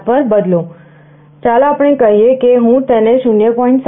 7 પર બદલું ચાલો આપણે કહીએ કે હું તેને 0